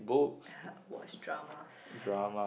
watch dramas